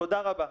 תודה רבה.